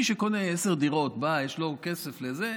מי שקונה עשר דירות, יש לו כסף לזה,